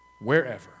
wherever